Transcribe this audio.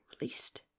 released